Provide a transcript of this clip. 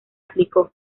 aplicó